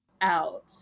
out